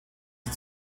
sie